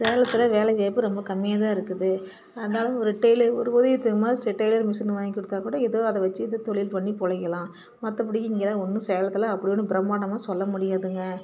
சேலத்தில் வேலைவாய்ப்பு ரொம்ப கம்மியாக தான் இருக்குது அதனால் ஒரு டெய்லர் ஒரு உதவித்தொகை மாதிரி செ டெய்லர் மிஷின் வாங்கிக் கொடுத்தாக் கூட ஏதோ அதை வெச்சி ஏதோ தொழில் பண்ணி பொழைக்கலாம் மத்தபடிக்கு இங்கேலாம் ஒன்றும் சேலத்தில் அப்படி ஒன்றும் பிரமாண்டமாக சொல்ல முடியாதுங்க